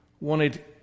wanted